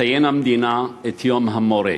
תציין המדינה את יום המורה.